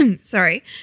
sorry